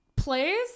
Plays